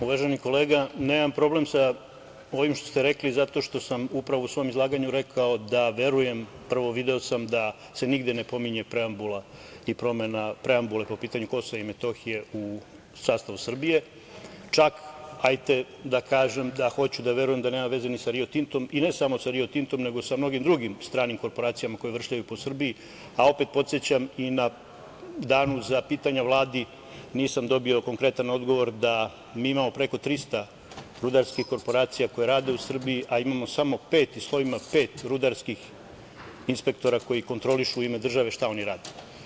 Uvaženi kolega nemam problem sa ovim što ste rekli zato što sam upravo u svom izlaganju rekao da verujem, a prvo video sam da se nigde ne pominje preambula i promena preambule po pitanju Kosova i Metohije u sastavu Srbije, čak, hajde da kažem da hoću da verujem da nema veze ni sa Rio Tintom i ne samo sa Rio Tintom nego sa mnogim drugim stranim korporacijama koje vršljaju po Srbiji, a opet podsećam i na dane za pitanja Vladi, nisam dobio konkertan odgovor da mi imamo preko 300 rudarskih korporacija koje rade u Srbiji, a imamo samo pet rudarskih inspektora koji kontrolišu u ime države šta oni rade.